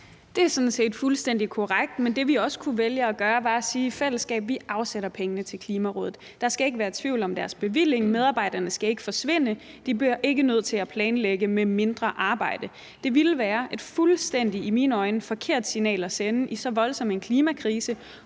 Det er sådan set fuldstændig korrekt, men det, vi også kunne vælge at gøre, var at sige i fællesskab: Vi afsætter pengene til Klimarådet. Der skal ikke være tvivl om deres bevilling; medarbejderne skal ikke forsvinde; de bliver ikke nødt til at planlægge med mindre arbejde. Det ville være et i mine øjne fuldstændig forkert signal at sende i så voldsom en klimakrise,